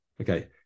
Okay